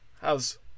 hows